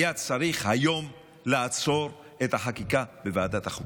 היה צריך היום לעצור את החקיקה בוועדת החוקה.